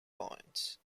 points